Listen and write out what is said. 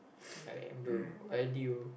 like will